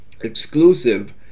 Exclusive